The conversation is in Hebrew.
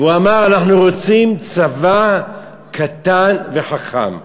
והוא אמר: אנחנו רוצים צבא קטן וחכם.